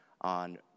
on